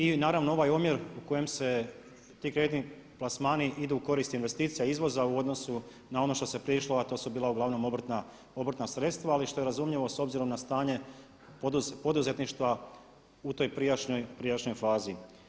I naravno ovaj omjer u kojem se ti kreditni plasmani idu u korist investicija izvoza u odnosu na ono što se prije išlo a to su bila uglavnom obrtna sredstva ali što je razumljivo s obzirom na stanje poduzetništva u toj prijašnjoj fazi.